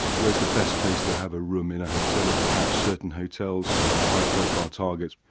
where's the best place to have a room in a hotel if perhaps certain hotels are high profile targets.